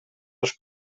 les